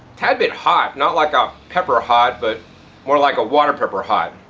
tad bit hot, not like a pepper hot but more like a water pepper hot.